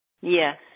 Yes